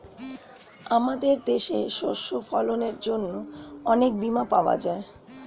আমাদের দেশে শস্য ফসলের জন্য অনেক বীমা পাওয়া যায়